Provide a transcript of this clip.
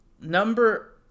Number